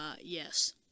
yes